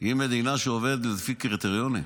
היא מדינה שעובדת לפי קריטריונים.